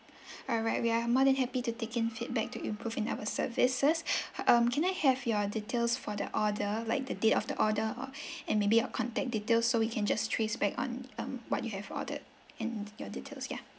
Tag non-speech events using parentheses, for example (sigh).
(breath) alright we are more than happy to take in feedback to improve in our services (breath) um can I have your details for the order like the date of the order or (breath) and maybe your contact details so we can just trace back on um what you have ordered and your details yeah